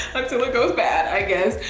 until it goes bad, i guess,